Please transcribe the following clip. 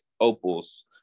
opals